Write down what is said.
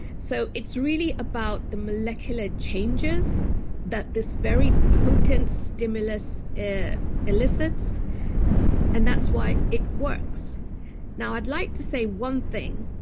so it's really about the molecular changes that this very potent stimulus elicits and that's why it works now, i'd like to say one thing,